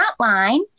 frontline